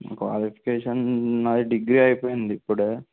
qualification నాది degree అయిపోయింది ఇప్పుడే